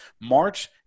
March